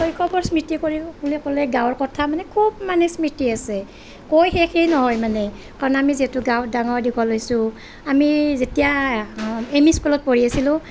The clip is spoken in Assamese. শৈশৱৰ স্মৃতি কৰি বুলি ক'লে গাঁৱৰ কথা মানে খুব মানে স্মৃতি আছে কৈ শেষে নহয় মানে কাৰণ আমি যিহেতু গাঁৱত ডাঙৰ দীঘল হৈছোঁ আমি যেতিয়া এম ই স্কুলত পঢ়ি আছিলোঁ